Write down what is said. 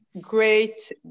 great